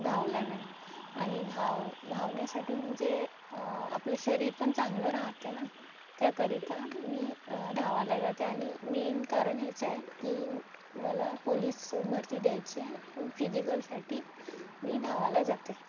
धावल्याने आणि धाव धावण्यासाठी म्हणजे आपलं शरीर पण चांगलं राहते ना त्याकरिता मी धावायला जाते आणि मेन कारण हेच आहे की मला पोलीस भरती द्यायची आहे मग फिजिकलसाठी मी धावायला जाते